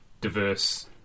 diverse